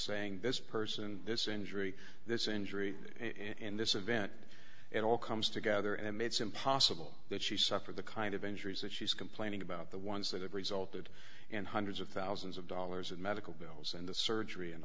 saying this person this injury this injury in this event it all comes together and it's impossible that she suffered the kind of injuries that she's complaining about the ones that have resulted in hundreds of thousands of dollars in medical bills and the surgery and